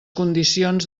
condicions